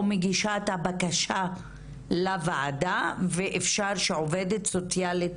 או מגישת הבקשה לוועדה ואפשר שעובדת סוציאלית,